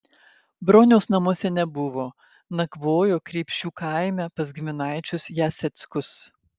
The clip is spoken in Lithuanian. broniaus namuose nebuvo nakvojo kreipšių kaime pas giminaičius jaseckus